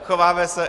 . Chováme se...